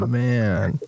man